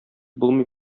булмый